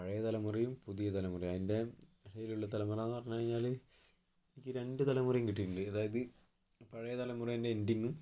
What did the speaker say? പഴയ തലമുറയും പുതിയ തലമുറയും അതിൻ്റെ ഇടയിലുള്ള തലമുറാന്ന് പറഞ്ഞു കഴിഞ്ഞാല് എനിക്ക് രണ്ട് തലമുറയും കിട്ടീട്ടുണ്ട് അതായത് പഴയ തലമുറയിൻ്റെ എൻഡിങ്ങും